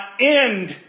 end